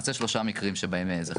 אז אלו שלושה מקרים בהם זה חל.